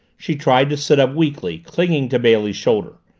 she tried to sit up, weakly, clinging to bailey's shoulder.